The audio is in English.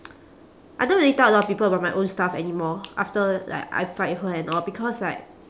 I don't really tell a lot of people about my own stuff anymore after like I fight with her and all because like